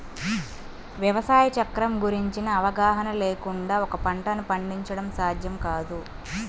వ్యవసాయ చక్రం గురించిన అవగాహన లేకుండా ఒక పంటను పండించడం సాధ్యం కాదు